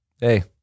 Hey